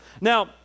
Now